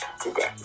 today